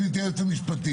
גברתי היועצת המשפטית,